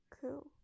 Cool